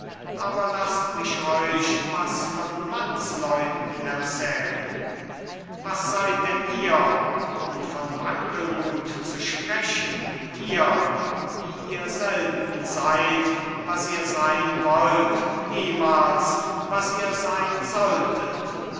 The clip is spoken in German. aber laßt mich euch was von mannsleuten erzählen was seid denn ihr um von wankelmut zu sprechen ihr die ihr selten seid was ihr sein wollt niemals was ihr sein solltet